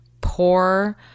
poor